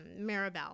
maribel